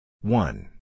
One